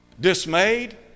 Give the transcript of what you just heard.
dismayed